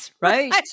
right